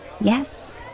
Yes